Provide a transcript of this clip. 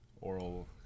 oral